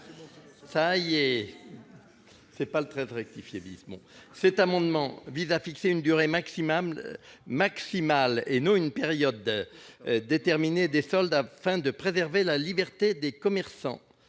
La parole est à M. Pierre Louault. Cet amendement vise à fixer une durée maximale et non une période déterminée de soldes, afin de préserver la liberté des commerçants.